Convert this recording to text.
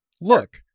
look